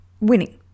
Winning